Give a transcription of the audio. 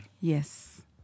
Yes